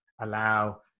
allow